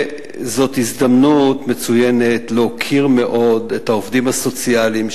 זו הזדמנות מצוינת להוקיר מאוד את העובדים הסוציאליים,